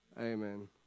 amen